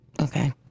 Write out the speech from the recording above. Okay